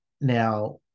Now